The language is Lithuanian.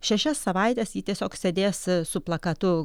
šešias savaites ji tiesiog sėdės su plakatu